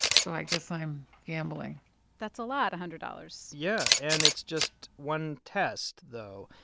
so i guess i'm gambling that's a lot a hundred dollars yeah. and it's just one test, though,